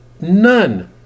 none